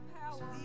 power